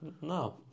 No